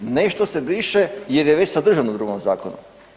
Nešto se briše jer je već sadržano u drugom zakonu.